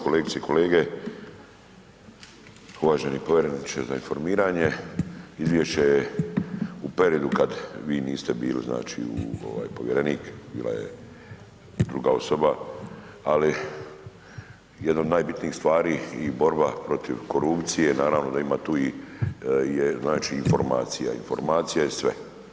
Kolegice i kolege, uvaženi povjereniče za informiranje izvješće je u periodu kad vi niste bili znači povjerenik, bila je druga osoba, ali jedno od najbitnijih stvari i borba protiv korupcije naravno da ima tu znači informacija, informacija je sve.